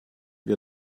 wir